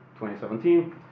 2017